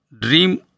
dream